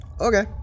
Okay